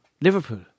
Liverpool